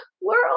world